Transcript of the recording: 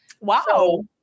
Wow